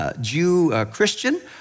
Jew-Christian